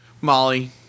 Molly